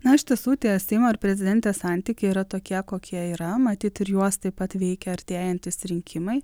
na iš tiesų tie seimo ir prezidentės santykiai yra tokie kokie yra matyt ir juos taip pat veikia artėjantys rinkimai